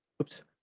oops